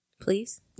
please